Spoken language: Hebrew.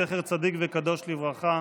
זכר צדיק וקדוש לברכה.